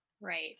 Right